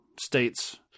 states